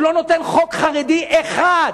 הוא לא נותן חוק חרדי אחד.